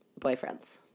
boyfriends